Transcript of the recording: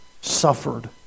suffered